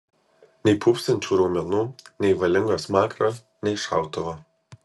nei pūpsančių raumenų nei valingo smakro nei šautuvo